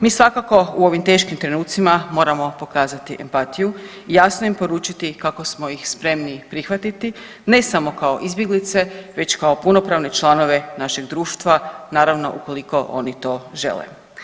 Mi svakako u ovim teškim trenucima moramo pokazati empatiju i jasno im poručiti kako smo ih spremni prihvatiti ne samo kao izbjeglice već kao punopravne članove našeg društva naravno ukoliko oni to žele.